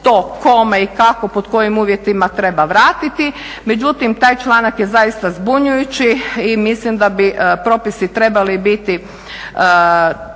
što, kome, i kako pod kojim uvjetima treba vratiti. Međutim, taj članak je zaista zbunjujući i mislim da bi propisi trebali biti